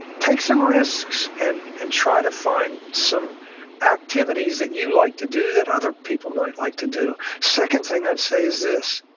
take some risks and and try to find some activities that you like to do that other people might like to do second thing i'd say is this,